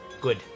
Good